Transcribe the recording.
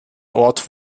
ort